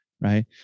right